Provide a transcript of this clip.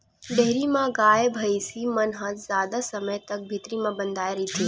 dairy म गाय, भइसी मन ह जादा समे तक भीतरी म बंधाए रहिथे